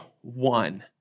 one